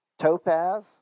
topaz